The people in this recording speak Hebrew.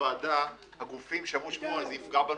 לוועדה הגופים שאמרו שזה יפגע בהם